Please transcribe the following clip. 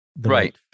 right